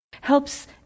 helps